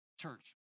church